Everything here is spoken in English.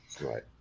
right